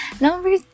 Number